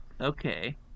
Okay